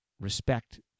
respect